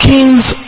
king's